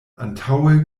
antaŭe